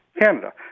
Canada